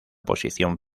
posición